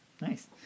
Nice